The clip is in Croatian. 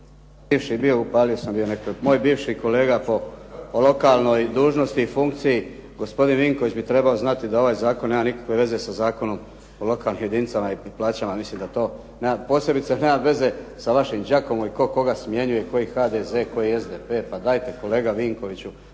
moj bivši kolega po lokalnoj dužnosti i funkciji gospodin Vinković bi trebao znati da ovaj zakon nema nikakve veze sa Zakonom o lokalnim jedinicama i plaćama. Mislim da to posebice nema veze sa vašim Đakovom i tko koga smjenjuje, koji HDZ, koji SDP. Pa dajte kolega Vinkoviću